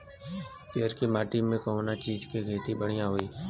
पियरकी माटी मे कउना चीज़ के खेती बढ़ियां होई?